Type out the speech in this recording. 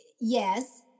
Yes